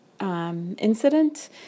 Incident